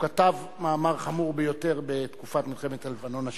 הוא כתב מאמר חמור ביותר בתקופת מלחמת לבנון השנייה.